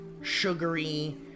sugary